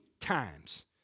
times